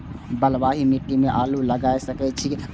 बलवाही मिट्टी में आलू लागय सके छीये?